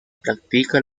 practica